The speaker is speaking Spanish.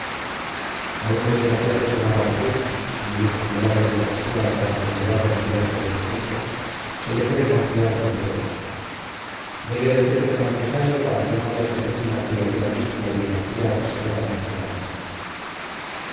a un desgraciado que va a morir me dijo mudando de postura para conllevar las dolencias de su pecho se le puede confiar cualquier cosa voy a decirte lo necesario para que no veas en mí una criatura díscola y vengativa que se goza en hacer daño